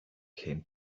came